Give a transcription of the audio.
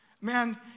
Man